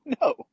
No